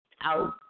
out